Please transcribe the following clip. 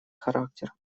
характер